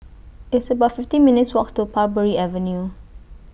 It's about fifty minutes' Walk to Parbury Avenue